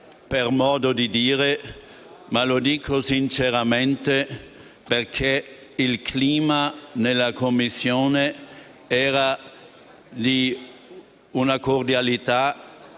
dire, ma sinceramente perché il clima nella Commissione era di una cordialità